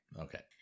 Okay